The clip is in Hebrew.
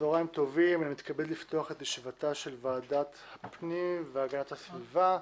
אני מתכבד לפתוח את ישיבת ועדת הפנים והגנת הסביבה.